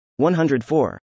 104